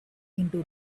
into